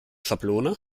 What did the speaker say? schablone